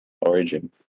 Origin